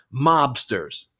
mobsters